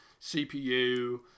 CPU